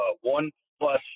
one-plus